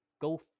go